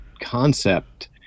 concept